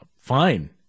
fine